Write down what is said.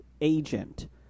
agent